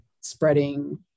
spreading